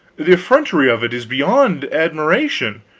the effrontery of it is beyond admiration.